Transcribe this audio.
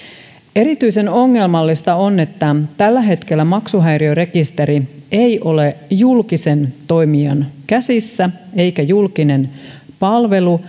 erityisen ongelmallista on että tällä hetkellä maksuhäiriörekisteri ei ole julkisen toimijan käsissä eikä julkinen palvelu